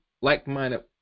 like-minded